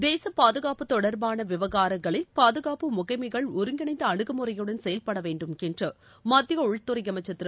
தேச பாதுகாப்பு தொடர்பான விவகாரங்களில் பாதுகாப்பு முகமைகள் ஒருங்கிணைந்த அனுகுமுறையுடன் செயல்பட வேண்டும் என்று மத்திய உள்துறை அமைச்சர் திரு